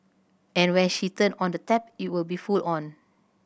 and when she turn on the tap it will be full on